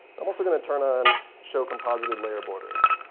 i'm also going to turn on show composited layer borders.